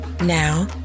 Now